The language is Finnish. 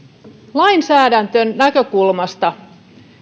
lainsäädäntönäkökulmasta